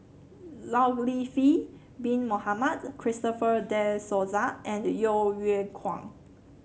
Zulkifli Bin Mohamed Christopher De Souza and Yeo Yeow Kwang